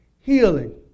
Healing